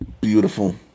Beautiful